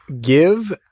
give